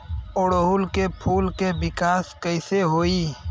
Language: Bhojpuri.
ओड़ुउल के फूल के विकास कैसे होई?